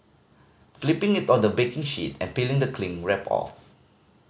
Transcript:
flipping it on the baking sheet and peeling the cling wrap off